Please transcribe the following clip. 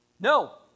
No